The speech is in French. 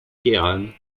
queyranne